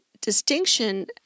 distinction